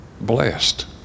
blessed